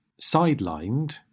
sidelined